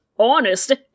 Honest